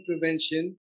prevention